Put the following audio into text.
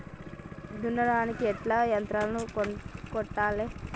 దున్నడానికి ఎట్లాంటి యంత్రాలను కొనాలే?